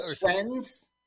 Friends